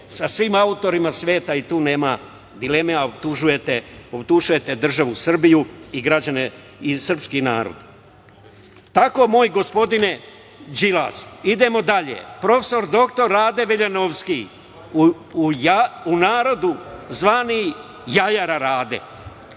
sa svim autorima sveta i tu nema dileme, a optužujete državu Srbiju i građane i srpski narod. Tako moj, gospodine Đilas, profesor dr Rade Veljanovski, u narodu zvani jajara Rade,